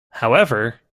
however